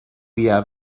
via